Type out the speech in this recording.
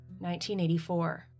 1984